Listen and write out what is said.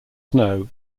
snow